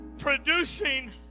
producing